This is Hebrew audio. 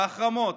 בהחרמות,